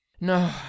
No